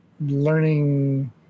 learning